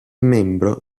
membro